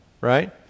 right